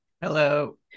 Hello